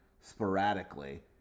sporadically